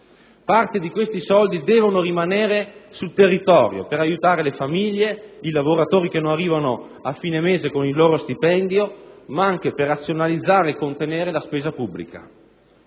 Parte di questi soldi devono rimanere sul territorio per aiutare le famiglie, i lavoratori che non arrivano a fine mese con il loro stipendio, ma anche per razionalizzare e contenere la spesa pubblica.